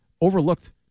overlooked